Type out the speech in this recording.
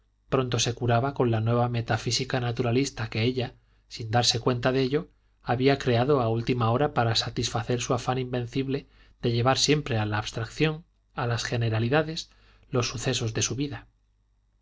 pronto se curaba con la nueva metafísica naturalista que ella sin darse cuenta de ello había creado a última hora para satisfacer su afán invencible de llevar siempre a la abstracción a las generalidades los sucesos de su vida